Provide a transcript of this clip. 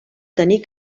tenir